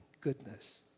goodness